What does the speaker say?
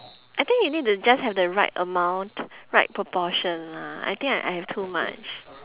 I think you need to just have the right amount right proportion lah I think I I have too much